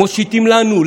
הם מושיטים לנו,